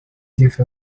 give